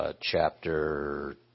Chapter